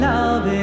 Love